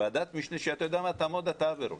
ועדת משנה, שאתה יודע מה, תעמוד אתה בראשה,